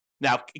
Now